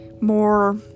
more